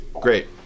Great